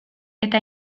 eta